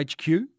HQ